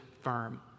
firm